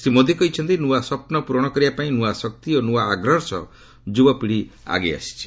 ଶ୍ରୀ ମୋଦି କହିଛନ୍ତି ନୂଆ ସ୍ୱପ୍ନ ପୂରଣ କରିବାପାଇଁ ନୂଆ ଶକ୍ତି ଓ ନ୍ତୁଆ ଆଗ୍ରହର ସହ ଯୁବପିଢ଼ି ଆଗେଇ ଆସିଛି